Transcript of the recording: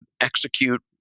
execute